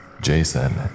Jason